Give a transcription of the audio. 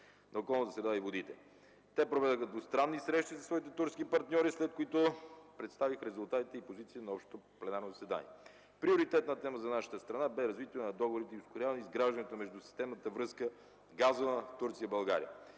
на околната среда и водите. Те проведоха двустранни срещи със своите турски партньори, след които представиха резултатите и позициите на общото пленарно заседание. Приоритетна тема за нашата страна бе развитието на договорите и ускоряване изграждането на междусистемната газова връзка Турция-България.